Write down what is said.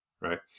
right